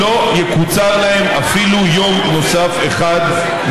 לא יקוצר להם אפילו יום אחד נוסף ממאסרם.